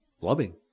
loving